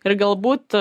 ir galbūt